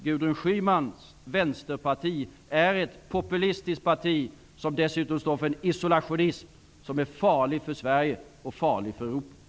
Gudrun Schymans Vänsterparti är ett populistiskt parti som dessutom står för en isolationism som är farlig för Sverige och farlig för Europa.